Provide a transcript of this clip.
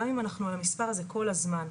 גם אם אנחנו על המספר הזה כל הזמן.